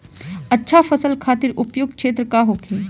अच्छा फसल खातिर उपयुक्त क्षेत्र का होखे?